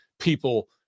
people